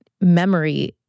memory